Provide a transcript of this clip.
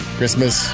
Christmas